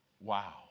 Wow